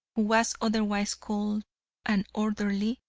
was otherwise called an orderly,